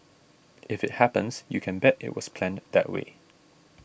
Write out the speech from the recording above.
if it happens you can bet it was planned that way